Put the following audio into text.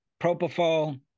Propofol